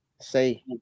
say